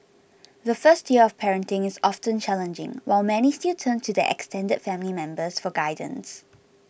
the first year of parenting is often challenging while many still turn to their extended family members for guidance